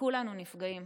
וכולנו נפגעים,